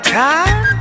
time